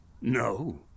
No